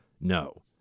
no